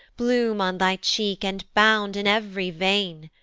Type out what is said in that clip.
bloom on thy cheek, and bound in ev'ry vein!